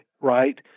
right